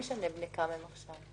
לא משנה בני כמה הם עכשיו.